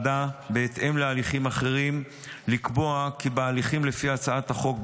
בהתאם להליכים אחרים קבענו בוועדה לקבוע כי בהליכים לפי הצעת החוק,